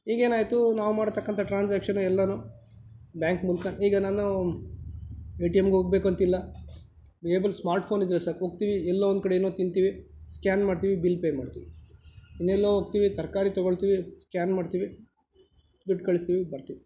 ಈಗೇನಾಯಿತು ನಾವು ಮಾಡ್ತಕ್ಕಂಥ ಟ್ರಾನ್ಸಾಕ್ಷನ್ ಎಲ್ಲವೂ ಬ್ಯಾಂಕ್ ಮೂಲಕ ಈಗ ನಾನು ಎ ಟಿ ಎಮ್ಗೆ ಹೋಗಬೇಕಂತಿಲ್ಲ ಏಬಲ್ ಸ್ಮಾರ್ಟ್ ಫೋನ್ ಇದ್ದರೆ ಸಾಕು ಹೋಗ್ತೀವಿ ಎಲ್ಲೊ ಒಂದ್ಕಡೆ ಏನೋ ತಿಂತೀವಿ ಸ್ಕ್ಯಾನ್ ಮಾಡ್ತೀವಿ ಬಿಲ್ ಪೇ ಮಾಡ್ತೀವಿ ಇನ್ನೆಲ್ಲೋ ಹೋಗ್ತೀವಿ ತರಕಾರಿ ತೊಗೊಳ್ತೀವಿ ಸ್ಕ್ಯಾನ್ ಮಾಡ್ತೀವಿ ದುಡ್ಡು ಕಳಿಸ್ತೀವಿ ಬರ್ತೀವಿ